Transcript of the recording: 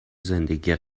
زندگی